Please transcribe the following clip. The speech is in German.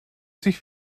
sich